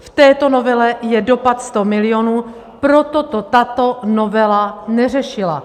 V této novele je dopad 100 milionů, proto to tato novela neřešila.